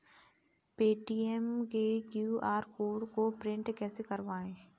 Paytm के QR code को print कैसे करवाएँ?